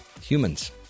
Humans